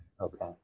Okay